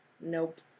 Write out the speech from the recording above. nope